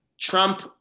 Trump –